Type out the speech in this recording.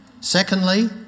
Secondly